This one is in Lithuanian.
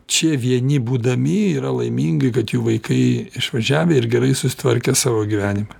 čia vieni būdami yra laimingi kad jų vaikai išvažiavę ir gerai susitvarkę savo gyvenimą